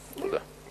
תודה.